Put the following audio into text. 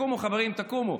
תקומו חברים, תקומו.